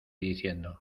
diciendo